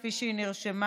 כפי שהיא נרשמה.